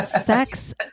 sex